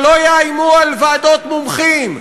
שלא יאיימו על ועדות מומחים,